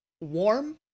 warm